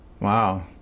Wow